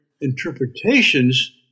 interpretations